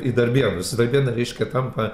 į darbėnus darbėnai reiškia tampa